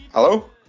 Hello